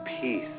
peace